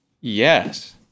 Yes